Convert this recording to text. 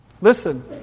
Listen